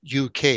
UK